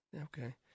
Okay